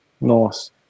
Nice